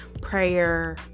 prayer